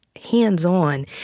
hands-on